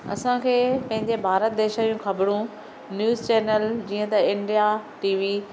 असांखे पंहिंजे भारत देश जूं ख़बरूं न्यूस चैनल जीअं त इंडिया टीवी